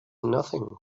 nothing